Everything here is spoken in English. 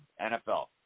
NFL